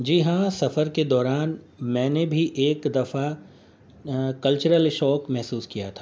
جی ہاں سفر کے دوران میں نے بھی ایک دفعہ کلچرل شوق محسوس کیا تھا